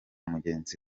mugenzi